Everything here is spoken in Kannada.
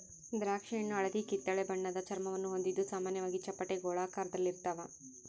ದ್ರಾಕ್ಷಿಹಣ್ಣು ಹಳದಿಕಿತ್ತಳೆ ಬಣ್ಣದ ಚರ್ಮವನ್ನು ಹೊಂದಿದ್ದು ಸಾಮಾನ್ಯವಾಗಿ ಚಪ್ಪಟೆ ಗೋಳಾಕಾರದಲ್ಲಿರ್ತಾವ